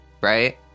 right